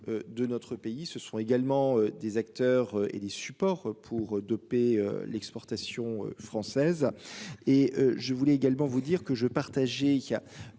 de notre pays, ce sont également des acteurs et des supports pour doper l'exportation française. Et je voulais également vous dire que je partageais